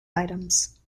items